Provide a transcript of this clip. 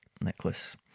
necklace